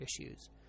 issues